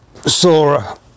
Sora